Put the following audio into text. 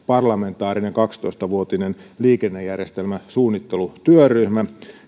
parlamentaarinen kaksitoista vuotinen liikennejärjestelmäsuunnittelutyöryhmä